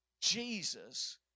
Jesus